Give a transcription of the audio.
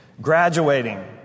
graduating